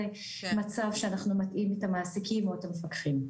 מצב שאנחנו מטעים את המעסיקים או את המפקחים.